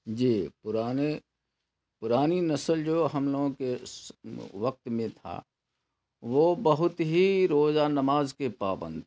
جی پرانے پرانی نسل جو ہم لوگوں کے وقت میں تھا وہ بہت ہی روزہ نماز کے پابند تھے